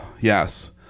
yes